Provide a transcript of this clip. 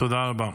תודה רבה.